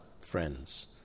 friends